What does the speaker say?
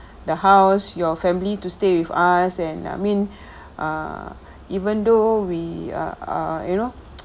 the house your family to stay with us and I mean uh even though we are you know